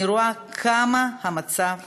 אני רואה כמה המצב קשה.